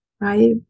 right